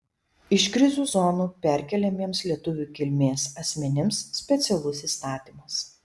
iš krizių zonų perkeliamiems lietuvių kilmės asmenims specialus įstatymas